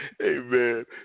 Amen